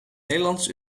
nederlands